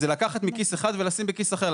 זה לקחת מכיס אחד ולשים בכיס אחר,